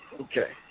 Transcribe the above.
Okay